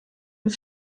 mit